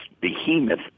behemoth